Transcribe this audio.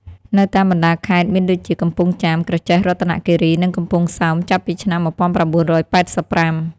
នៅតាមបណ្តាខេត្តមានដូចជា កំពង់ចាម ក្រចេះ រតនគិរី និងកំពង់សោម ចាប់ពីឆ្នាំ១៩៨៥។